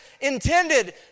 intended